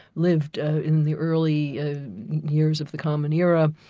lived in the early years of the common era,